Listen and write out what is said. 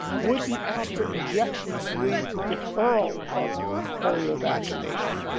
would the extra injections lead to deferral of polio vaccination,